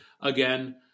again